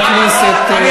חבר הכנסת חאג' יחיא,